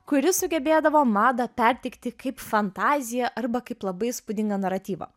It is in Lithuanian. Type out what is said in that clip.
kuri sugebėdavo madą perteikti kaip fantaziją arba kaip labai įspūdingą naratyvą